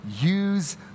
use